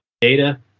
data